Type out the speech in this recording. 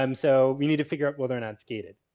um so, we need to figure out whether or not it's gated.